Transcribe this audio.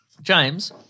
James